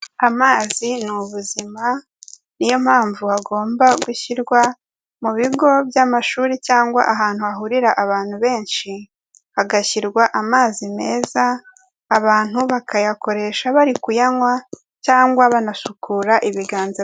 Amazi ni ubuzima niyo mpamvu hagomba gushyirwa mu bigo by'amashuri cyangwa ahantu hahurira abantu benshi hagashyirwa amazi meza abantu bakayakoresha bari kuyanywa cyangwa banasukura ibiganza.